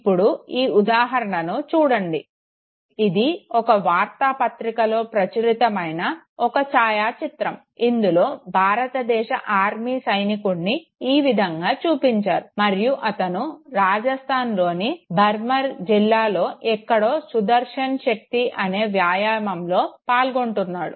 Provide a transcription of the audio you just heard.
ఇప్పుడు ఈ ఉదాహరణను చూడండి ఇది ఒక వార్తాపత్రికలో ప్రచురితమైన ఒక ఛాయాచిత్రం ఇందులో భారతదేశ ఆర్మీ సైనికుడిని ఈ విధంగా చూపించారు మరియు అతను రాజస్తాన్లోని బార్మెర్ జిల్లాలో ఎక్కడో సుదర్శన్ శక్తి అనే వ్యాయామంలో పాల్గొంటున్నాడు